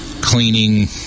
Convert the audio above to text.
cleaning